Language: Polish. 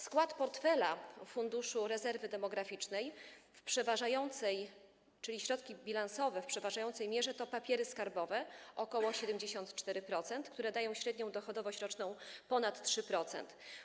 Skład portfela Funduszu Rezerwy Demograficznej - czyli środki bilansowe - w przeważającej mierze to papiery skarbowe, ok. 74%, które dają średnią dochodowość roczną równą ponad 3%.